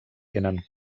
tenen